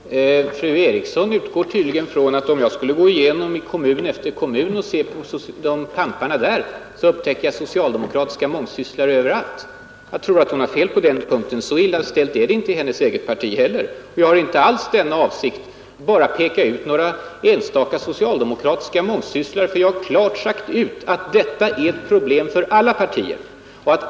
Herr talman! Fru Eriksson i Stockholm utgår tydligen ifrån att om jag skulle gå igenom kommun efter kommun och se på pamparna där, så upptäcker man socialdemokratiska mångsysslare överallt. Jag tror att hon har fel på den punkten. Så illa ställt är det inte i hennes eget parti. Jag har inte alls avsikten att bara peka ut några enstaka socialdemokratiska mångsysslare. Jag har klart sagt ut att detta är ett problem för alla partier.